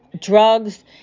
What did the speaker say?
drugs